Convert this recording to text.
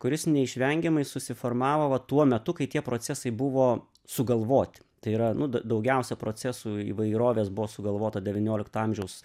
kuris neišvengiamai susiformavo va tuo metu kai tie procesai buvo sugalvoti tai yra nu daugiausia procesų įvairovės buvo sugalvota devyniolikto amžiaus